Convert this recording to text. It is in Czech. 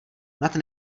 nad